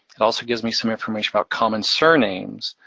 it also gives me some information about common surnames.